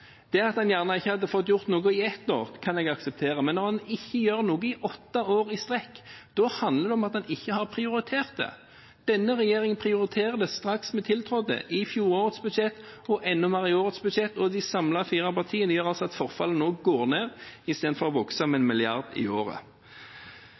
At en ikke hadde fått gjort noe ett år, kan jeg akseptere, men når en ikke gjør noe i åtte år i strekk, da handler det om at en ikke har prioritert det. Denne regjeringen prioriterte det straks den tiltrådte, i fjorårets budsjett, og enda mer i årets budsjett, og de fire partiene sørger samlet for at forfallet reduseres i stedet for å vokse